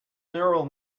neural